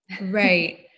Right